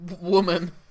woman